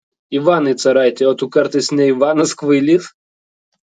ivanai caraiti o tu kartais ne ivanas kvailys